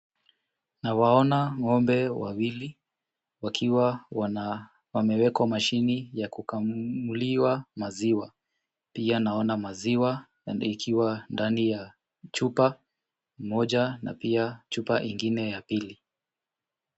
Nawaona ng'ombe wawili wakiwa wamewekwa mashini ya kukamuliwa maziwa. Pia naona maziwa ikiwa ndani ya chupa moja na pia chupa ingine ya pili.